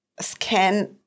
scan